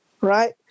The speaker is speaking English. right